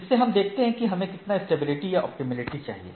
इससे हम देखते हैं कि हमें कितना स्टेबिलिटी या ऑप्टिमेलिटी चाहिए